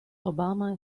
obama